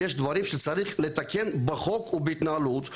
יש דברים שצריך לתקן בחוק ובהתנהלות.